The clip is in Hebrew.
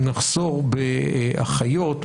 מחזור באחיות,